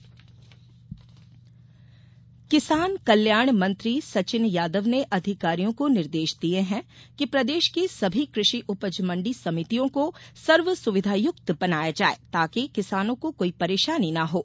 कृषि मंत्री किसान कल्याण मंत्री सचिन यादव ने अधिकारियों को निर्देश दिये कि प्रदेश की सभी कृषि उपज मण्डी समितियों को सर्वसुविधायुक्त बनाया जाए ताकि किसानों को कोई परेशानी न हों